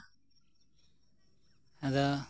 ᱟᱫᱚ